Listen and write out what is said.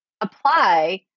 apply